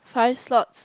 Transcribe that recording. five slots